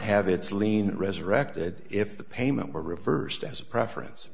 have its lien resurrected if the payment were reversed as a preference